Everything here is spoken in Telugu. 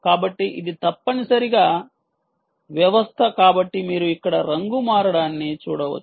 కాబట్టి ఇది తప్పనిసరిగా వ్యవస్థ కాబట్టి మీరు ఇక్కడ రంగు మారడాన్ని చూడవచ్చు